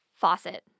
faucet